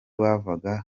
bavaga